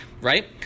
right